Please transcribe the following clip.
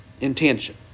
intention